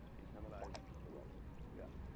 internalize the workflow yeah.